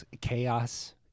Chaos